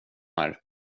här